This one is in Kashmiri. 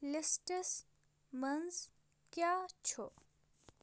لِسٹس منٛز کیٛاہ چھُ